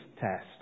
test